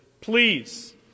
Please